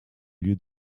lieu